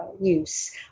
use